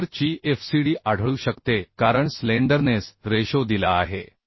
member ची FCD आढळू शकते कारण स्लेंडरनेस रेशो दिला आहे